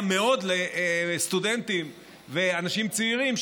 נוגע מאוד לסטודנטים ואנשים צעירים,